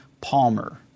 Palmer